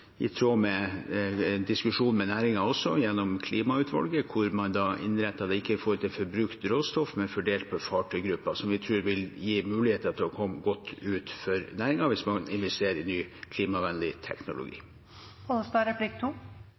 med diskusjoner med næringen, gjennom klimautvalget. Man har innrettet den ikke med hensyn til forbrukt råstoff, men gjennom fordeling basert på fartøygrupper, noe som vi tror vil gi muligheter til å komme godt ut for næringen, hvis man investerer i klimavennlig